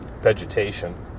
vegetation